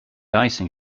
icing